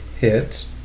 hit